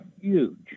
huge